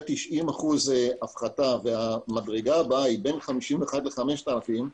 90% הפחתה והמדרגה הבאה היא בין 51 ל-5,000 שקיות,